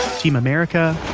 team america.